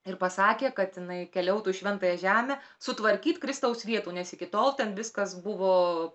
ir pasakė kad jinai keliautų į šventąją žemę sutvarkyt kristaus vietų nes iki tol ten viskas buvo